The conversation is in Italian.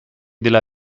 della